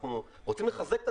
אנחנו רוצים לחזק,